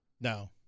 No